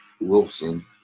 Wilson